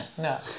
No